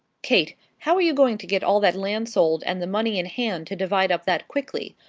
kate, how are you going to get all that land sold, and the money in hand to divide up that quickly?